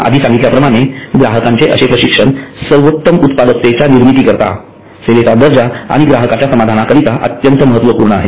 आधी सांगितल्याप्रमाणे ग्राहकांचे असे प्रशिक्षण सर्वोत्तम उत्पादकतेच्या निर्मितीकरिता सेवेचा दर्जा आणि ग्राहकांच्या समाधानाकरिता अत्यंत महत्त्वपूर्ण आहे